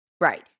Right